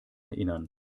erinnern